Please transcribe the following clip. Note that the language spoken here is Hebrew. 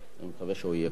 אני מקווה שהוא יהיה כאן.